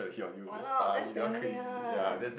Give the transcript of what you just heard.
!walao! that's damn weird